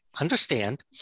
understand